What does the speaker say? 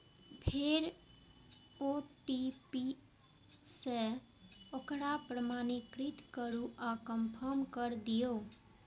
फेर ओ.टी.पी सं ओकरा प्रमाणीकृत करू आ कंफर्म कैर दियौ